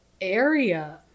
area